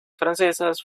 francesas